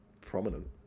prominent